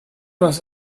was